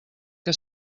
que